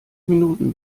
minuten